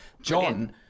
john